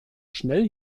schnell